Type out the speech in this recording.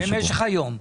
במשך היום.